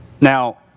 Now